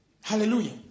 Hallelujah